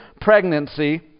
pregnancy